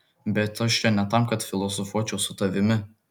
bet aš čia ne tam kad filosofuočiau su tavimi